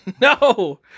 no